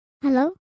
Hello